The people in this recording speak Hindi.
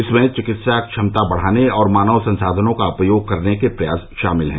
इसमें चिकित्सा क्षमता बढ़ाने और मानव संसाधनों का उपयोग करने के प्रयास शामिल हैं